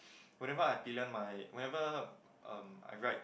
whenever I pillion my whenever um I ride